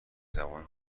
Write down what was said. زبان